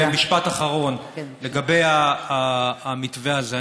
משפט אחרון לגבי המתווה הזה.